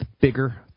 Bigger